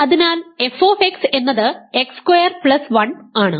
അതിനാൽ f എന്നത് x square plus 1 ആണ്